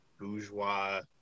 bourgeois